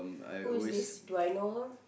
who is this do I know her